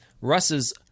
Russ's